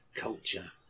culture